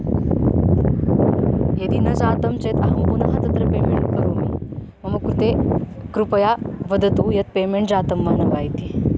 यदि न जातं चेत् अहं पुनः तत्र पेमेण्ट् करोमि मम कृते कृपया वदतु यत् पेमेण्ट् जातं वा न वा इति